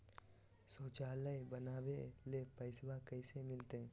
शौचालय बनावे ले पैसबा कैसे मिलते?